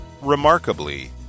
Remarkably